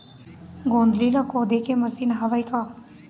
गोंदली ला खोदे के मशीन हावे का?